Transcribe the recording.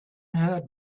heard